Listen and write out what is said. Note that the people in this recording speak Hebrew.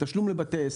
התשלום לבתי עסק.